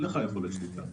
אין לך יכולת שליטה.